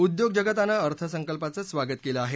उद्योगजगतानं अर्थसंकल्पाचं स्वागत केलं आहे